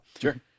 sure